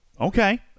Okay